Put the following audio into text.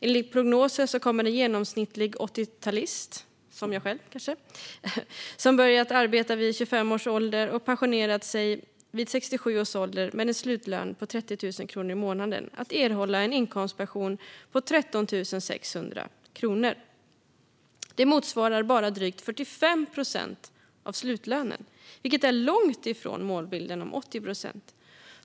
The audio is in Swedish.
Enligt prognoser kommer en genomsnittlig 80-talist - kanske jag själv - som börjar arbeta vid 25 års ålder och pensionerar sig vid 67 år med en slutlön på 30 000 kronor i månaden att erhålla en inkomstpension på 13 600 kronor. Det motsvarar bara drygt 45 procent av slutlönen, vilket är långt ifrån målbilden om 80 procent.